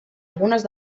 algunes